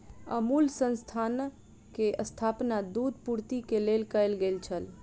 अमूल संस्थान के स्थापना दूध पूर्ति के लेल कयल गेल छल